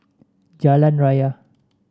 Jalan Raya